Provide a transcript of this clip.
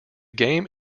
game